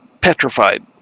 petrified